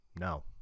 no